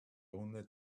only